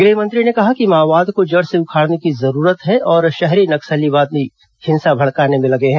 गृहमंत्री ने कहा कि माओवाद को जड़ से उखाड़ने की जरूरत है और शहरी नक्सलवादी हिंसा भड़काने में लगे हैं